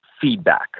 feedback